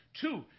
Two